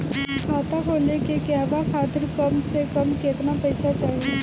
खाता खोले के कहवा खातिर कम से कम केतना पइसा चाहीं?